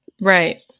right